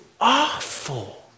awful